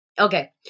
okay